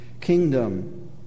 kingdom